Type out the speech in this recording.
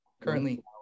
currently